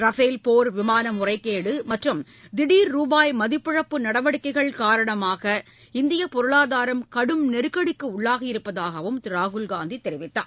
Rafale போர் விமான முறைகேடு மற்றும் திடீர் ரூபாய் மதிப்பிழப்பு நடவடிக்கைகள் காரணமாக இந்தியப் பொருளாதாரம் கடும் நெருக்கடிக்கு உள்ளாகியிருப்பதாகவும் அவர் தெரிவித்தார்